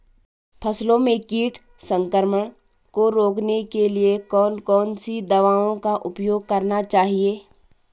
फसलों में कीट संक्रमण को रोकने के लिए कौन कौन सी दवाओं का उपयोग करना चाहिए?